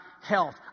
health